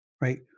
Right